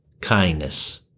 kindness